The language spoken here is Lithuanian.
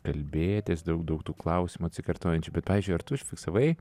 kalbėtis daug daug tų klausimų atsikartojančių bet pavyzdžiui ar tu užfiksavai